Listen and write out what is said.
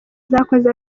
zakoze